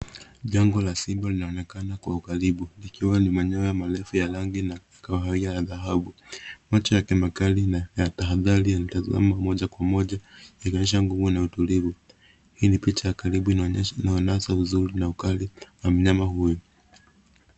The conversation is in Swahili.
Jango la simba linaonekana kwa ukaribu likiwa na manyoya marefu ya rangi ya kahawia ya dhahabu . Macho yake makali na ya tahadhari yanatazama moja kwa moja inaonyesha nguo na utulivu. Hii ni picha ya karibu inaonasa uzuri na ukali wa mnyama huyu.